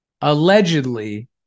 Allegedly